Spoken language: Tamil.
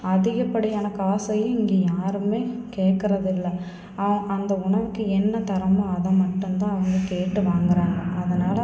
அதிகப்படியான காசையும் இங்கே யாருமே கேட்கறது இல்லை அந்த உணவுக்கு என்ன தரமோ அதை மட்டுந்தான் அவங்க கேட்டு வாங்கறாங்க அதனால்